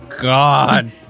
God